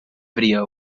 video